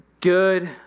good